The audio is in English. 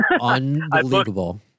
Unbelievable